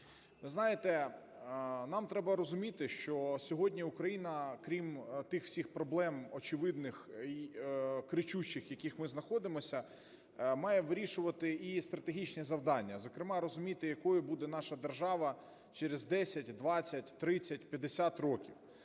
Ви знаєте, нам треба розуміти, що сьогодні Україна, крім тих всіх проблем, очевидних, кричущих, в яких ми знаходимося, має вирішувати і стратегічні завдання, зокрема розуміти, якою буде наша держава через 10, 20, 30, 50 років.